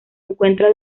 encuentra